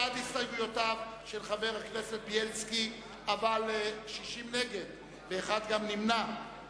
ההסתייגויות של חבר הכנסת בילסקי לסעיף 03 לא נתקבלו.